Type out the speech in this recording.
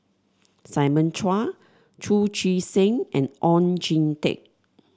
Simon Chua Chu Chee Seng and Oon Jin Teik